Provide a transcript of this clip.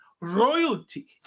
royalty